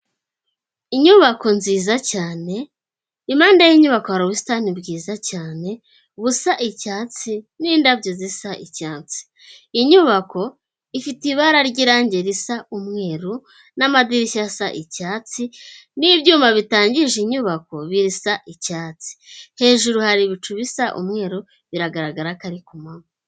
Inyubako nziza cyane imyenda y'inyubako hari ubusitani bwiza cyane busa icyatsi n'indabyo zisa icyatsi, inyubako ifite ibara ry'irangi risa umweru n'amadirishya asa icyatsi n'ibyuma bitangije inyubako birasa icyatsi, hejuru hari ibicu bisa umweru biragaragara ko ari ku manywa.